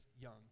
young